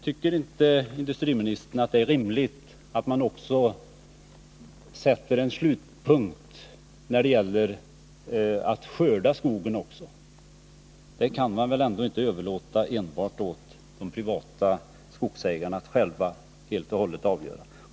Tycker inte industriministern att det är rimligt att man också sätter en slutpunkt när det gäller att skörda skogen? Det kan man väl inte överlåta enbart åt de privata skogsägarna att avgöra helt och hållet själva.